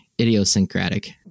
idiosyncratic